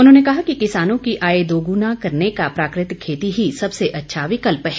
उन्होंने कहा कि किसानों की आय दोगुना करने का प्राकृतिक खेती ही सबसे अच्छा विकल्प है